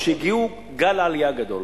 כשהגיע גל עלייה גדול.